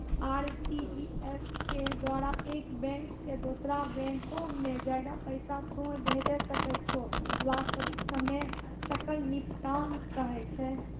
RTGS के द्वारा एक बैंक से दोसरा बैंको मे ज्यादा पैसा तोय भेजै सकै छौ वास्तविक समय सकल निपटान कहै छै?